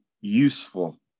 useful